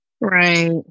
right